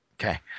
Okay